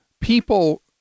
people